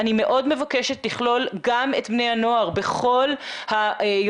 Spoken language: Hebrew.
אני מאוד מבקשת לכלול גם את בני הנוער בכל היוזמות